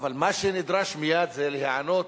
אבל מה שנדרש מייד זה להיענות